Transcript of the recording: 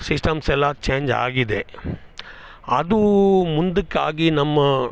systems ಎಲ್ಲ change ಆಗಿದೆ ಅದು ಮುಂದಕ್ಕಾಗಿ ನಮ್ಮ